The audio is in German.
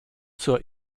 zur